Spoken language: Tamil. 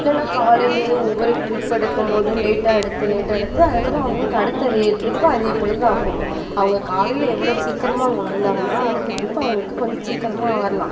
இல்லைன்னா காலையிலயே ஒவ்வொரு ட்ரிப் எடுக்கம்போதும் லேட்டாக எடுத்து லேட்டாக எடுத்து அதுக்கப்புறம் அவங்களுக்கு அடுத்த ட்ரிப்பும் அதே போல் தான் ஆகும் அவங்க காலையில எவ்வளோ சீக்கிரமாக அவங்க வந்தாங்கன்னால் அடுத்த ட்ரிப்பு அவங்களுக்கு கொஞ்சம் சீக்கிரமா வரலாம்